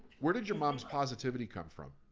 where did your mom's positivity come from?